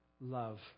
love